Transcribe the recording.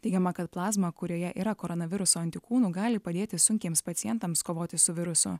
teigiama kad plazma kurioje yra koronaviruso antikūnų gali padėti sunkiems pacientams kovoti su virusu